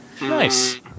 Nice